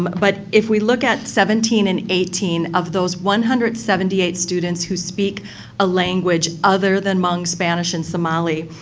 but if we look at seventeen and eighteen of those one hundred and seventy eight students who speak a language other than hmong, spanish, and somali,